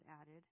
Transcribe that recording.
added